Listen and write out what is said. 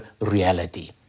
reality